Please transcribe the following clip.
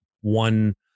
one